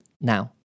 Now